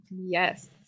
Yes